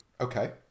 Okay